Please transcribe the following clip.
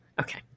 Okay